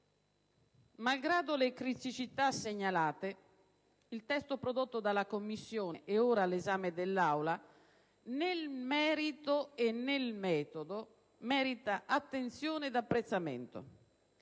malgrado le criticità segnalate, il testo prodotto dalla Commissione e ora all'esame dell'Aula, nel merito e nel metodo, merita attenzione ed apprezzamento.